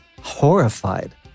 horrified